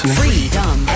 freedom